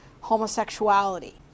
homosexuality